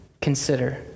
consider